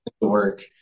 work